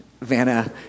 Vanna